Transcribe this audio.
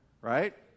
right